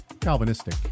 Calvinistic